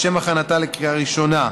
לשם הכנתה לקריאה ראשונה.